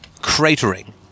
cratering